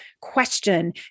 question